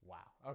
Wow